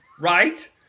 Right